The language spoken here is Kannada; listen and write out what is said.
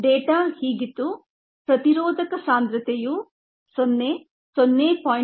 ಡೇಟಾ ಹೀಗಿತ್ತು ಪ್ರತಿರೋಧಕ ಸಾಂದ್ರತೆಯು 0 0